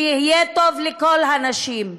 שיהיה טוב לכל הנשים,